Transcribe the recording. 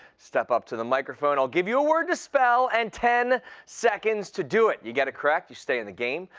step up to the microphone. i'll give you a word to spell, and ten seconds to do it. you get it correct you stay in the game.